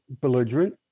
belligerent